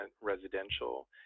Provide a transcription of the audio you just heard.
residential